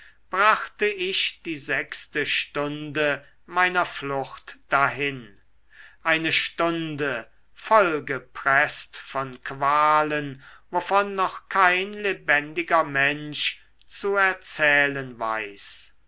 brachte ich die sechste stunde meiner flucht dahin eine stunde voll gepreßt von qualen wovon noch kein lebendiger mensch zu erzählen weiß